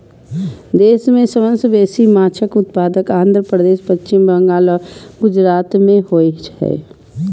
देश मे सबसं बेसी माछक उत्पादन आंध्र प्रदेश, पश्चिम बंगाल आ गुजरात मे होइ छै